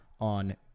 on